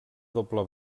doble